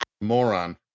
Moron